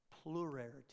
plurality